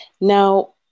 Now